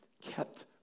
kept